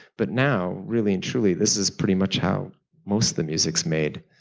but now really and truly this is pretty much how most of the music is made.